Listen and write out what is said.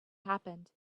happened